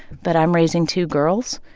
but i'm raising two girls,